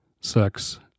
sex